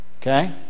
Okay